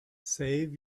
save